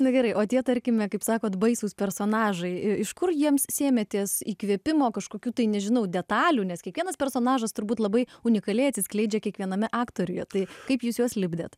na gerai o tie tarkime kaip sakote baisūs personažai iš kur jiems sėmėtės įkvėpimo kažkokių tai nežinau detalių nes kiekvienas personažas turbūt labai unikaliai atsiskleidžia kiekviename aktoriuje tai kaip jūs juos lipdėte